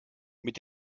mit